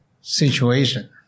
situation